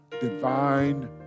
divine